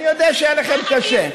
אני יודע שיהיה לכם קשה,